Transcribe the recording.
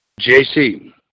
JC